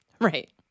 right